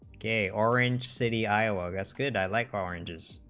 game orange city iowa ness could i like oranges